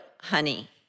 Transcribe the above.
honey